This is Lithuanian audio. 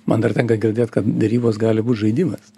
man dar tenka girdėt kad derybos gali būt žaidimas